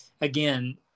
again